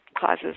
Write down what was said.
causes